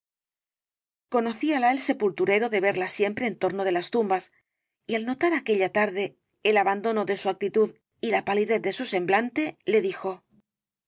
recuerdos conocíala el sepulturero de verla siempre en torno de las tumbas y al notar aquella tarde el abandono de su actitud y la palidez de su semblante le dijo